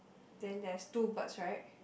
then there's two birds right